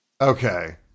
Okay